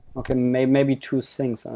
okay, maybe maybe two things.